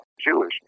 Jewish